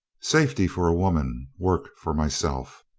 safety for a woman, work for myself.